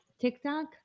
TikTok